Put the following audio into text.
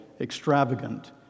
extravagant